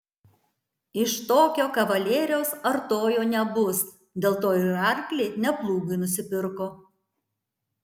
iš tokio kavalieriaus artojo nebus dėl to ir arklį ne plūgui nusipirko